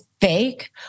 fake